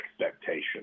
expectation